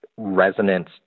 Resonance